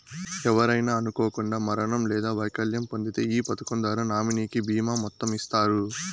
ఎవరైనా అనుకోకండా మరణం లేదా వైకల్యం పొందింతే ఈ పదకం ద్వారా నామినీకి బీమా మొత్తం ఇస్తారు